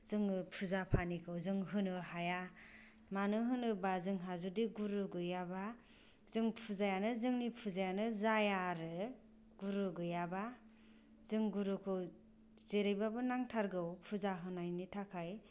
जोङो फुजा पानिखौ जों होनो हाया मानो होनोब्ला जोंहा जुदि गुरु गैयाब्ला जों फुजायानो जोंनि फुजायानो जाया आरो गुरु गैयाब्ला जों गुरुखौ जेरैब्लाबो नांथारगौ फुजा होनायनि थाखाय